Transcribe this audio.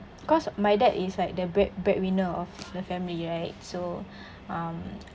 cause my dad is like the bread breadwinner of the family right so um